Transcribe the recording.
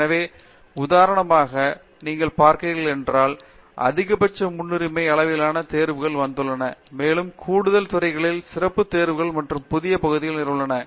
எனவே உதாரணமாக நீங்கள் பார்க்கிறீர்கள் என்றால் அதிகபட்சம் முன்னுரிமை அளவிலான தேர்வுகள் வந்துள்ளன மேலும் கூடுதல் துறைகளிலும் சிறப்புத் தேர்வுகள் மற்றும் புதிய பகுதிகளிலும் நிரப்பப்படுகின்றன